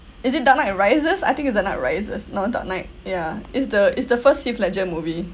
is it dark knight arises I think is the knight raises not dark night yeah is the is the first heath ledger movie